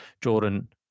Jordan